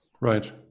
right